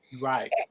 Right